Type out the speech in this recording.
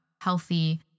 healthy